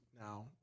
now